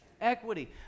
Equity